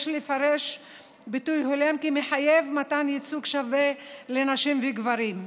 יש לפרש "ביטוי הולם" כמחייב מתן ייצוג שווה לנשים ולגברים.